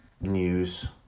news